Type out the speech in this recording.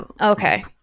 Okay